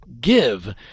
Give